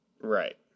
Right